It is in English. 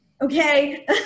okay